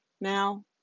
now